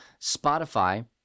Spotify